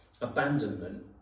abandonment